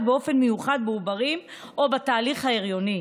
באופן מיוחד בעוברים או בתהליך ההיריון.